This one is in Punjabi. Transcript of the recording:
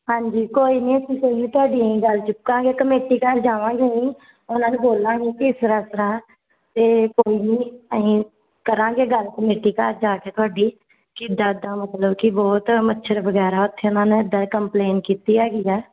ਹਾਂਜੀ ਕੋਈ ਨਹੀਂ ਅਸੀਂ ਕੋਈ ਨਹੀਂ ਤੁਹਾਡੀ ਅਸੀਂ ਗੱਲ ਚੁੱਕਾਂਗੇ ਕਮੇਟੀ ਘਰ ਜਾਵਾਂਗੇ ਅਸੀਂ ਉਹਨਾਂ ਨੂੰ ਬੋਲਾਂਗੇ ਕਿ ਇਸ ਤਰ੍ਹਾਂ ਇਸ ਤਰ੍ਹਾਂ ਅਤੇ ਕੋਈ ਨਹੀਂ ਅਸੀਂ ਕਰਾਂਗੇ ਗੱਲ ਕਮੇਟੀ ਘਰ ਜਾ ਕੇ ਤੁਹਾਡੀ ਕਿੱਦਾਂ ਦਾ ਮਤਲਬ ਕਿ ਬਹੁਤ ਮੱਛਰ ਵਗੈਰਾ ਉੱਥੇ ਉਹਨਾਂ ਨੇ ਇੱਦਾਂ ਕੰਪਲੇਨ ਕੀਤੀ ਹੈਗੀ ਆ